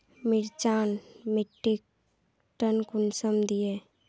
मिर्चान मिट्टीक टन कुंसम दिए?